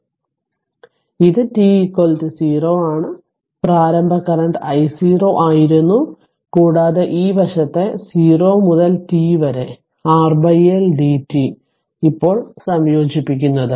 അതിനാൽ ഇത് t 0 ആണ് പ്രാരംഭ കറന്റ് I0 ആയിരുന്നു കൂടാതെ ഈ വശത്തെ 0 മുതൽ t വരെ R L dt ഇപ്പോൾ സംയോജിപ്പിക്കുന്നത്